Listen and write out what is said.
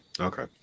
Okay